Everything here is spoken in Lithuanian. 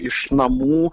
iš namų